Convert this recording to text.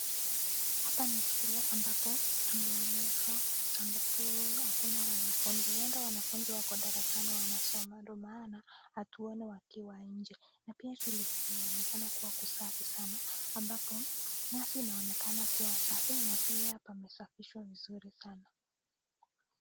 Hapa ni shule, ambapo tumeonyeshwa ambapo hakuna wanafunzi, huenda wanafunzi wako darasani na wanasoma, ndio maana hatuoni wakiwa nje, na pia shule hii inaonekana kuwa pasafi sana, ambapo nyasi inaonekana kuwa safi na pia, pamesafishwa vizuri sana.